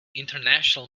international